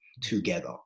together